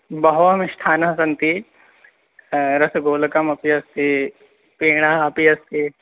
बहवः मिष्टान्नं सन्ति रसगोलकमपि अस्ति पेणः अपि अस्ति